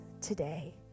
today